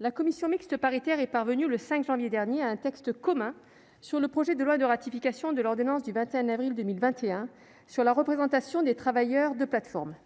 la commission mixte paritaire (CMP) est parvenue, le 5 janvier dernier, à un texte commun sur le projet de loi de ratification de l'ordonnance du 21 avril 2021 sur la représentation des travailleurs de plateformes.